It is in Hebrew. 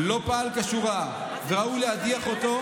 לא פעל כשורה וראוי להדיח אותו,